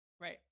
Right